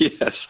Yes